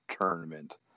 tournament